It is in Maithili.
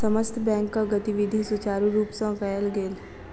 समस्त बैंकक गतिविधि सुचारु रूप सँ कयल गेल